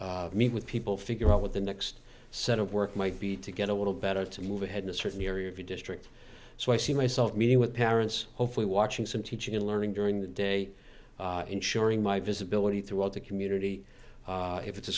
to meet with people figure out what the next set of work might be to get a little better to move ahead in a certain area of your district so i see myself meeting with parents hopefully watching some teaching and learning during the day ensuring my visibility throughout the community if it's a